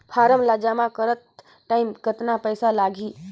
Form ला जमा करत टाइम कतना पइसा लगही?